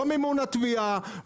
לא מימון התביעה,